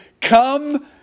come